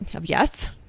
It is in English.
Yes